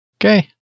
Okay